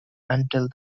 until